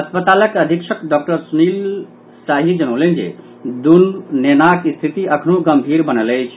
अस्पतालक अधीक्षक डॉक्टर सुनील शाही जनौलनि जे दू नेनाक स्थिति अखनो गम्भीर बनल अछि